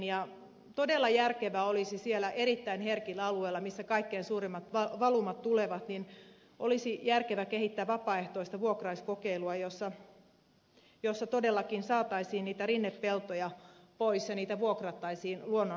ja todella järkevää olisi siellä erittäin herkillä alueilla millä kaikkein suurimmat valumat tulevat kehittää vapaaehtoista vuokrauskokeilua jolla todellakin saataisiin niitä rinnepeltoja pois ja jossa niitä vuokrattaisiin luonnonsuojelualueiksi